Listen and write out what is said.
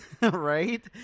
right